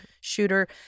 shooter